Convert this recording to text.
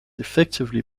effectively